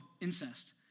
incest